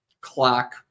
clock